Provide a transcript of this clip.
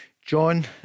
John